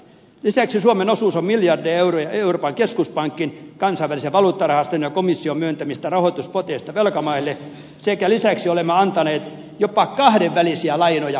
lisäksi suomen osuus on miljardeja euroja euroopan keskuspankin kansainvälisen valuuttarahaston ja komission myöntämistä rahoituspoteista velkamaille sekä lisäksi olemme antaneet jopa kahdenvälisiä lainoja kreikalle